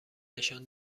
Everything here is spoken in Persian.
نشان